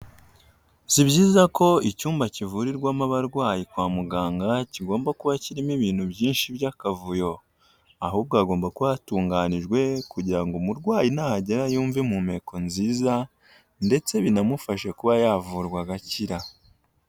Si byiza ko icyumba kivurirwamo abarwayi kwa muganga kigomba kuba kirimo ibintu byinshi by'akavuyo, ahubwo hagomba kuba hatunganijwe kugira ngo umurwayi nahagera yumve impumeko nziza ndetse binamufashe kuba yavurwa agakira.